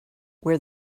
where